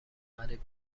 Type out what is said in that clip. قریب